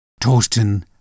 Torsten